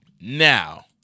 Now